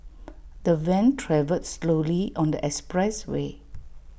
the van travelled slowly on the expressway